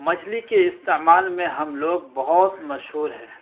مچجھلی کے استعمال میں ہم لوگ بہت مشہور ہیں